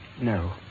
no